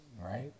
right